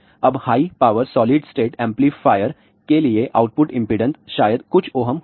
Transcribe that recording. अब high power solid state amplifier के लिए आउटपुट इंपेडेंस शायद कुछ ओहम होगा